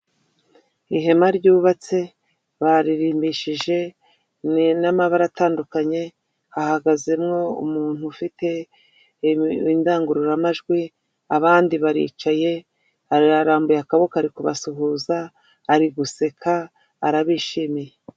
Ihema ry'ubatse baririmbishije n'amabara atandukanye hahagazemo umuntu ufite indangururamajwi abandi baricaye ararambuye akaboko ari kubasuhuza ari guseka arabishimiye .